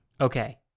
Okay